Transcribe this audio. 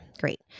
Great